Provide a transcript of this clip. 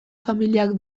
familiak